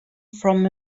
from